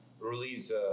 release